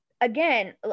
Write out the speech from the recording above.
again